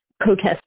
protest